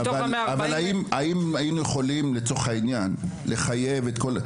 לצורך העניין, האם יכולים לחייב את כל...